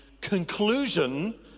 conclusion